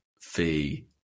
fee